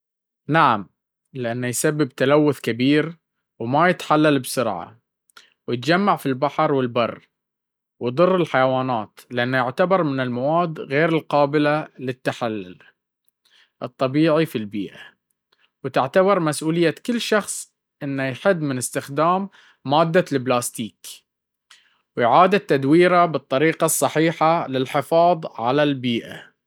نعم، لأنه يسبب تلوث كبير وما يتحلل بسرعة، ويتجمع في البحر والبر ويضر الحيوانات. لأنه يعتبر من المواد غير القابلة للتحلل الطبيعي في البيئة, وتعتبر مسؤولية كل شخص إنه يحد من إستخدام مادة البلاستيك وإعادة تدويره بالطريقة الصجيجة للحفاظ على البيئة.